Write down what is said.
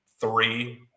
three